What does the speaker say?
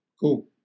Cool